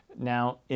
Now